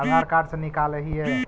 आधार card से निकाल हिऐ?